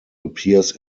appears